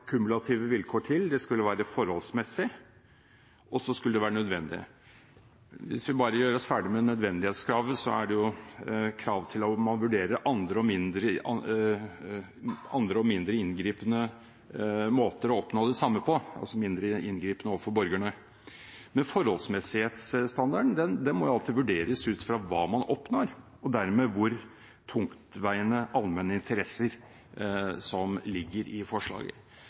kumulative vilkår til: Det skulle være forholdsmessig, og det skulle være nødvendig. Hvis vi bare gjør oss ferdig med nødvendighetskravet, er det krav til om man vurderer andre og mindre inngripende måter å oppnå det samme på, altså mindre inngripende overfor borgerne. Men forholdsmessighetsstandarden må alltid vurderes ut fra hva man oppnår og dermed hvor tungtveiende allmenne interesser som ligger i forslaget.